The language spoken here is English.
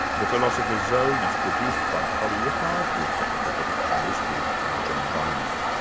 the philosopher's zone is produced by polly rickard with technical production this week by john diamond.